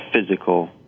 physical